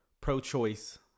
pro-choice